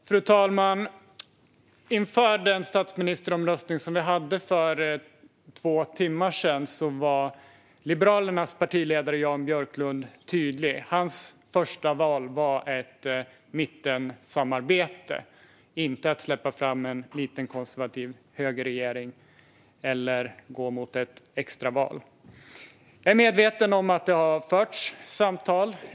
Fru talman! Inför den statsministeromröstning som vi hade för två timmar sedan var Liberalernas partiledare Jan Björklund tydlig: Hans förstaval var ett mittensamarbete, inte att släppa fram en liten konservativ högerregering eller att gå mot ett extraval. Jag är medveten om att det har förts samtal.